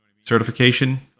certification